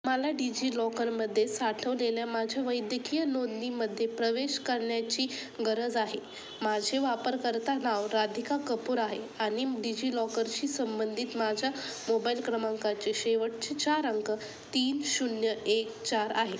मला डिजिलॉकरमध्ये साठवलेल्या माझ्या वैद्यकीय नोंदणीमध्ये प्रवेश करण्याची गरज आहे माझे वापरकर्ता नाव राधिका कपूर आहे आणि डिजिलॉकरशी संबंधित माझ्या मोबाइल क्रमांकाचे शेवटचे चार अंक तीन शून्य एक चार आहे